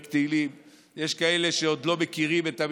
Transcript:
יש כאלה שאומרים פרק תהילים.